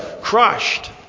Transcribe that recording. crushed